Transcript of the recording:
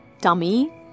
dummy